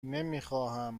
نمیخواهم